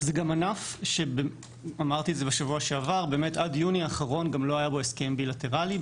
זה גם ענף שעד יוני האחרון לא היה בו הסכם בילטרלי.